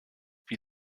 wie